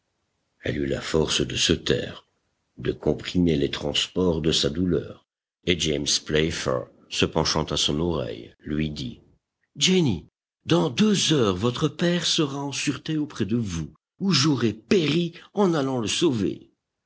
elle eut la force de se taire de comprimer les transports de sa douleur et james playfair se penchant à son oreille lui dit jenny dans deux heures votre père sera en sûreté auprès de vous ou j'aurai péri en allant le sauver